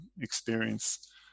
experience